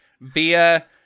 via